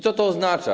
Co to oznacza?